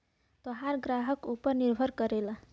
तोहार ग्राहक ऊपर निर्भर करला